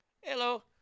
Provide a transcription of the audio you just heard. Hello